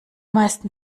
meisten